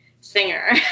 singer